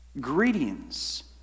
Greetings